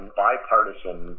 bipartisan